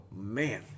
man